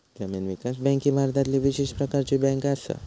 जमीन विकास बँक ही भारतातली विशेष प्रकारची बँक असा